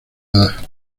edad